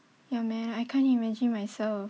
ya man I can't imagine myself